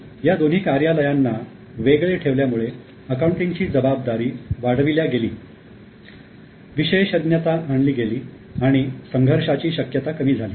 या दोन्ही कार्यालयांना वेगळे ठेवल्यामुळे अकाउंटिंगची जबाबदारी वाढविल्या गेली विशेषज्ञता आणली गेली आणि संघर्षाची शक्यता कमी झाली